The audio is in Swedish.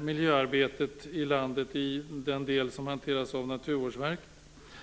miljöarbetet i landet i den del som hanteras av Naturvårdsverket.